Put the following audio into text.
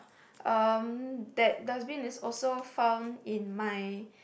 um that dustbin is also found in my